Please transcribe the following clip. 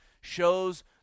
shows